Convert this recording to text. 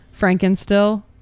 Frankenstill